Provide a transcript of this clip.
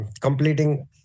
completing